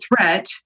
threat